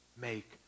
make